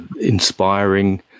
inspiring